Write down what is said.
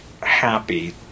happy